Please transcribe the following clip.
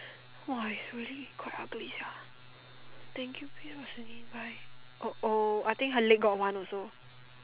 !wah! it's really quite ugly sia thank you babe for seventy five oh oh I think her leg got one also